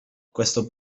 questo